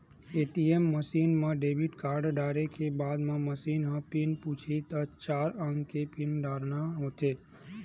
ATM machine म debit card डारे के बाद म मसीन ह पिन पूछही त चार अंक के पिन डारना होथे